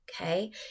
okay